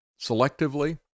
selectively